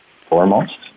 foremost